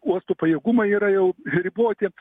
uosto pajėgumai yra jau riboti